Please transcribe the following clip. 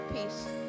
peace